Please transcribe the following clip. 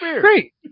great